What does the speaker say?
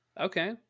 Okay